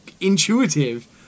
intuitive